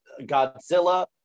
godzilla